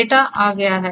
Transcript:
data आ गया है